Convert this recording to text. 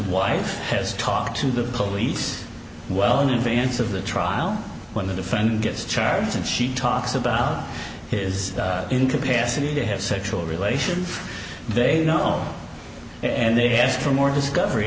wife has talked to the police well in advance of the trial when the defendant gets charged and she talks about his incapacity to have sexual relations they know and they ask for more discovery